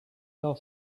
your